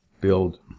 build